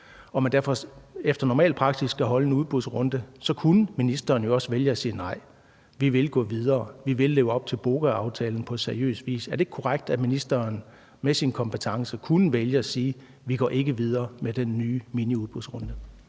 derfor efter normal praksis skal afholde en udbudsrunde, så kunne ministeren jo også vælge at sige: Nej, vi vil gå videre, vi vil leve op til BOGA-aftalen på seriøs vis. Er det ikke korrekt, at ministeren med sin kompetence kunne vælge at sige: Vi går ikke videre med den nye miniudbudsrunde?